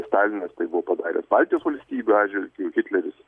stalinas tai buvo padaręs baltijos valstybių atžvilgiu hitleris